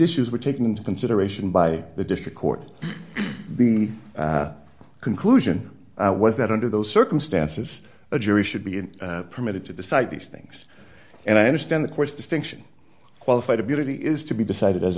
issues were taken into consideration by the district court the conclusion was that under those circumstances a jury should be permitted to decide these things and i understand the course distinction qualified ability is to be decided as